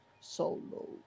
Solo